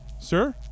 Sir